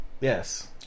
Yes